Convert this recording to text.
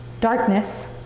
Darkness